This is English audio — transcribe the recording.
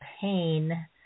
pain